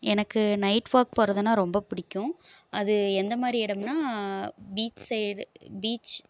எனக்கு night walk போறதுன்னால் ரொம்ப பிடிக்கும் அது எந்தமாதிரி இடம்னா பீச் சைடு பீச்